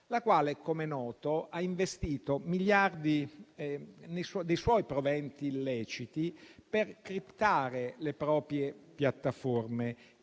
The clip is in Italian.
la quale, come è noto, ha investito miliardi dei suoi proventi illeciti per criptare le proprie piattaforme